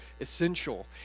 essential